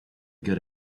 good